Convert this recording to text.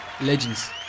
Legends